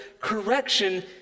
correction